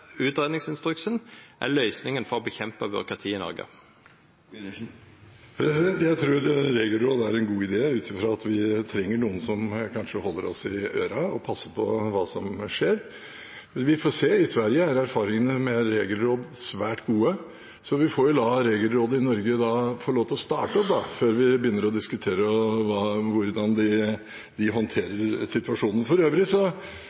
utgreiingsinstruksen er løysinga for å nedkjempa byråkratiet i Noreg. Jeg tror regelråd er en god idé, ut ifra at vi kanskje trenger noen som holder oss i ørene og passer på hva som skjer. Vi får se. I Sverige er erfaringene med regelråd svært gode, så vi får la Regelrådet i Norge få lov til å starte opp før vi begynner å diskutere hvordan de håndterer situasjonen. For øvrig